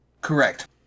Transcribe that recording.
Correct